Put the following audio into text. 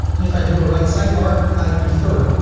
and if i do a right sidebar, i prefer